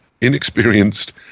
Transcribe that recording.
inexperienced